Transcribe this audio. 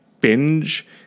binge